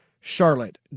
Charlotte